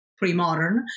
pre-modern